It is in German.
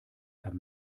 herr